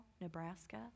Nebraska